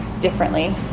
differently